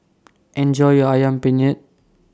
Enjoy your Ayam Penyet